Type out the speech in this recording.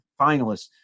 finalists